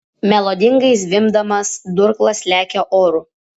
melodingai zvimbdamas durklas lekia oru